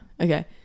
okay